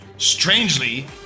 Strangely